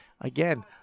again